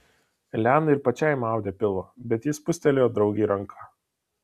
elenai ir pačiai maudė pilvą bet ji spustelėjo draugei ranką